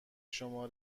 شما